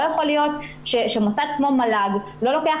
לא יכול להיות שמוסד כמו מל"ג לא לוקח